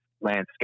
Landscape